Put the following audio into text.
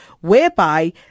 whereby